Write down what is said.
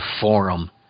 forum